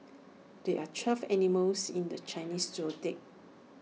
there are twelve animals in the Chinese Zodiac